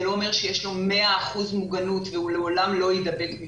זה לא אומר שיש לו מאה אחוזי מוגנות והוא לעולם לא יידבק אבל